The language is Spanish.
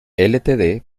ltd